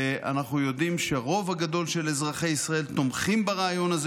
ואנחנו יודעים שהרוב הגדול של אזרחי ישראל תומכים ברעיון הזה